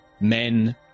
Men